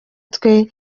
twe